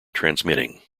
transmitting